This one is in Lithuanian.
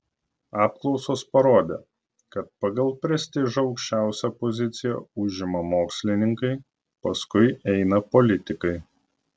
apklausos parodė kad pagal prestižą aukščiausią poziciją užima mokslininkai paskui eina politikai